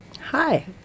Hi